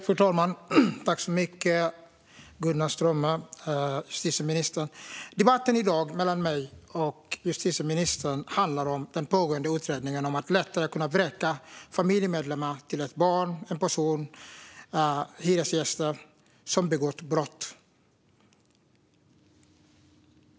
Fru talman! Debatten i dag mellan mig och justitieministern handlar om den pågående utredningen om att lättare kunna vräka familjemedlemmar när ett barn, en person eller hyresgäster har begått brott.